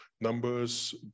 numbers